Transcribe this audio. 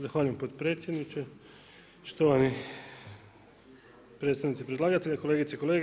Zahvaljujem potpredsjedniče, štovani predstavnici predlagatelja, kolegice i kolege.